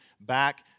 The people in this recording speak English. back